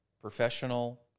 professional